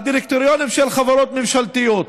בדירקטוריונים של חברות ממשלתיות.